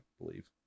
believe